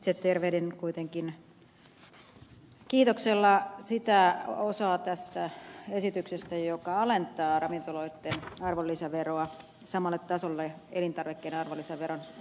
itse tervehdin kuitenkin kiitoksella sitä osaa tästä esityksestä joka alentaa ravintoloitten arvonlisäveroa samalle tasolle elintarvikkeiden arvonlisäveron kanssa